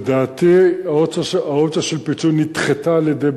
לדעתי האופציה של פיצוי נדחתה על-ידי